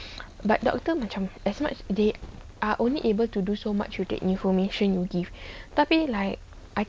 but doktor macam as much they are only able to do so much with the information you give tapi like I